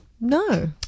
No